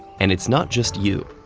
and it's not just you.